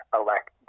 elect